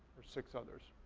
or six others.